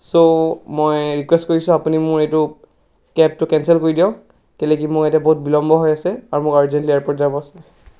চ' মই ৰিকুৱেষ্ট কৰিছোঁ আপুনি মোৰ এইটো কেবটো কেনচেল কৰি দিয়ক কেলেকি মই এতিয়া বহুত বিলম্ব হৈ আছে আৰু মোক আৰ্জেণ্টলি এয়াৰপৰ্ট যাব আছে